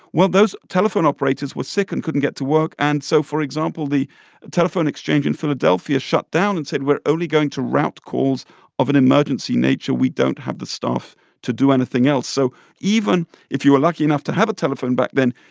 well, those telephone operators were sick and couldn't get to work. and so, for example, the telephone exchange in philadelphia shut down and said, we're only going to route calls of an emergency nature we don't have the staff to do anything else. so even if you were lucky enough to have a telephone back then,